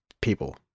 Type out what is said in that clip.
people